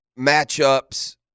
matchups